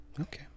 Okay